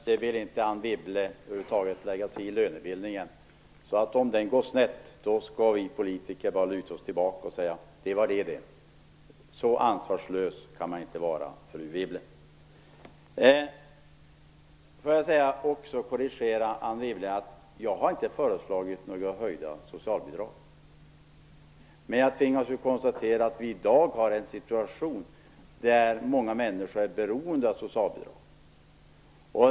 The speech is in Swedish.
Herr talman! Det betyder att Anne Wibble över huvud taget inte vill lägga sig i lönebildningen. Om den går snett skall vi politiker tydligen bara luta oss tillbaka och säga: Det var det, det. Så ansvarslös kan man inte vara, fru Wibble. Jag vill också korrigera Anne Wibble. Jag har inte föreslagit några höjda socialbidrag, men jag tvingas konstatera att vi i dag har en situation där många människor är beroende av socialbidrag.